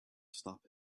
stop